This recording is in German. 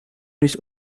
nicht